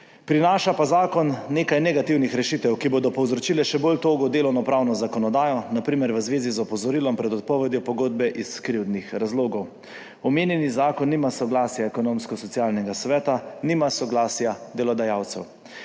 prinaša pa nekaj negativnih rešitev, ki bodo povzročile še bolj togo delovnopravno zakonodajo, na primer v zvezi z opozorilom pred odpovedjo pogodbe iz krivdnih razlogov. Omenjeni zakon nima soglasja Ekonomsko-socialnega sveta, nima soglasja delodajalcev.